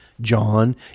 John